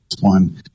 one